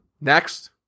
Next